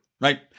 right